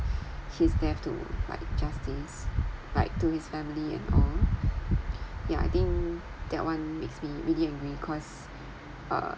his death to like justice like to his family and all yeah I think that one makes me really angry cause uh